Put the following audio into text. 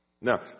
Now